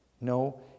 No